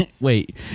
Wait